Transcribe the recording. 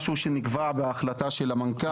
משהו שנקבע בהחלטה של המנכ"ל.